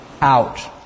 out